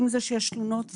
עם זה שיש תלונות,